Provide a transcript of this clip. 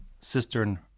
cistern